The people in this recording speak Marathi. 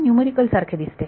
हे न्यूमरिकल सारखे दिसते